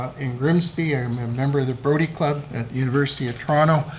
ah in grimsby, i'm a member of the brody club at the university of toronto,